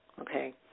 okay